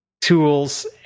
tools